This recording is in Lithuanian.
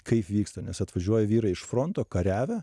kaip vyksta nes atvažiuoja vyrai iš fronto kariavę